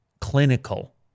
clinical